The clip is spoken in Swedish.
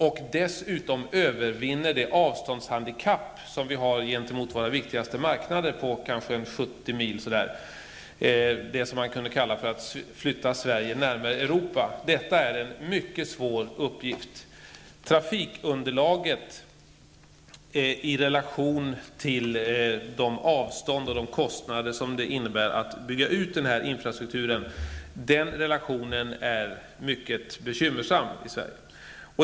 Men dessutom gäller det att övervinna det avståndshandikapp som vi har gentemot våra viktigaste marknader -- det kan ju röra sig om 70 mils avstånd. Man skulle kunna säga att det handlar om att flytta Sverige närmare Europa. Den här uppgiften är mycket svår. Beträffande trafikunderlaget i relation till avstånden och till de kostnader som en utbyggnad av infrastrukturen medför är det mycket bekymmersamt här i Sverige.